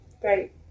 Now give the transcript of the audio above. Great